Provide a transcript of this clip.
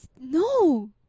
No